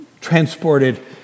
transported